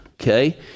okay